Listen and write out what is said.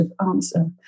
answer